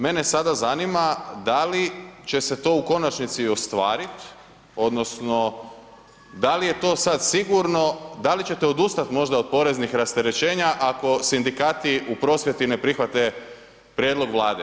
Mene sada zanima da li će se to u konačnici ostvariti odnosno da li je to sada sigurno, da li ćete odustat možda od poreznih rasterećenja ako sindikati u prosvjeti ne prihvate prijedlog Vlade?